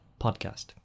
podcast